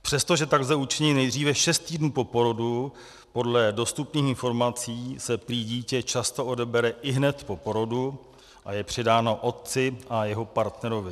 Přestože tak lze učinit nejdříve šest týdnů po porodu, podle dostupných informací se prý dítě často odebere ihned po porodu a je předáno otci a jeho partnerovi.